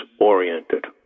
oriented